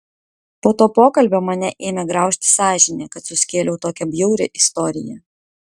po to pokalbio mane ėmė graužti sąžinė kad suskėliau tokią bjaurią istoriją